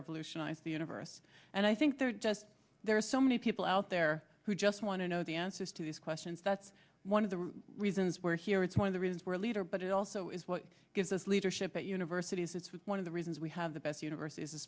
revolutionize the universe and i think they're just there are so many people out there who just want to know the answers to these questions that's one of the reasons we're here it's one of the reasons we're a leader but it also is what gives us leadership at universities it's one of the reasons we have the best universe is the